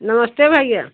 नमस्ते भैया